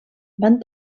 van